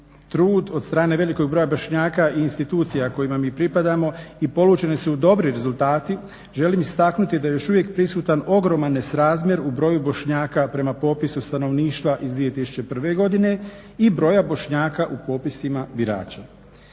trud od strane velikog broja Bošnjaka i institucija kojima mi pripadamo i polučeni su dobri rezultati želim istaknuti da je još uvijek prisutan ogroman nesrazmjer u broju Bošnjaka prema popisu stanovništva iz 2001. godine i broja Bošnjaka u popisima birača.